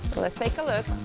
let's take a look.